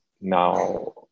now